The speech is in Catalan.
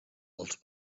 els